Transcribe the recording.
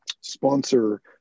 sponsor